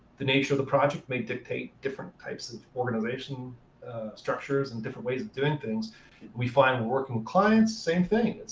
the nature of the project may dictate different types of organization structures and different ways of doing things. and we find we're working with clients same thing.